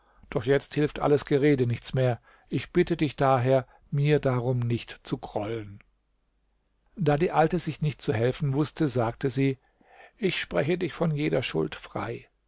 doch jetzt hilft alles gerede nichts mehr ich bitte dich daher mir darum nicht zu grollen da die alte sich nicht zu helfen wußte sagte sie ich spreche dich von jeder schuld frei